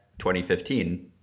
2015